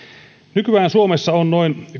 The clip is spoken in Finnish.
nykyään suomessa on noin